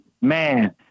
man